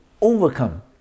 overcome